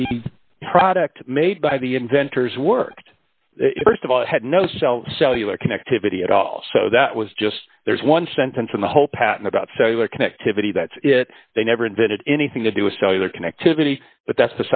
the product made by the inventors worked st of all it had no cell cellular connectivity at all so that was just there's one sentence in the whole pattern about cellular connectivity that's it they never invented anything to do a cellular connectivity but that's